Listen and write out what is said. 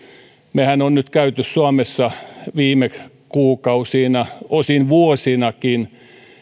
mehän olemme nyt käyneet suomessa viime kuukausina osin vuosinakin